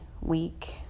week